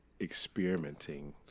experimenting